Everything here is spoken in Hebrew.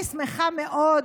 אני שמחה מאוד